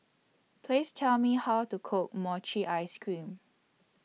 Please Tell Me How to Cook Mochi Ice Cream